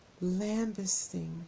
lambasting